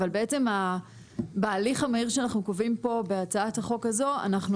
אבל בהליך המהיר שאנחנו קובעים פה בהצעת החוק הזאת אנחנו